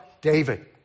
David